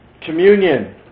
Communion